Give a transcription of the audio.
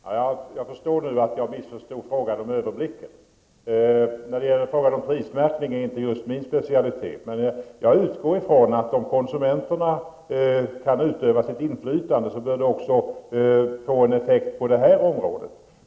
Fru talman! Jag förstår nu att jag missförstod vad Elisabeth Persson sade om att kunna överblicka priserna på varor. Frågan om prismärkning är inte min specialitet. Jag utgår dock från att konsumenterna, om de kan utöva sitt inflytande, också kan se till att det ger effekt på detta område.